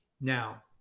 Now